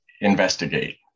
investigate